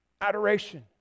adoration